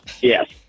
Yes